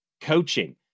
coaching